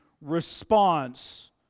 response